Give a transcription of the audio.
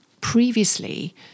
Previously